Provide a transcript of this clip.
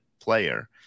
player